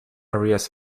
areas